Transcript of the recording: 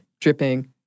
dripping